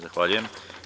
Zahvaljujem.